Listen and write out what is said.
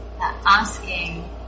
asking